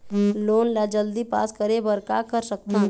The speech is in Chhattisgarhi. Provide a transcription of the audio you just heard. लोन ला जल्दी पास करे बर का कर सकथन?